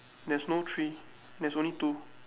there's no three there's only two